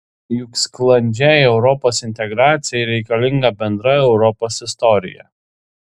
juk sklandžiai europos integracijai reikalinga bendra europos istorija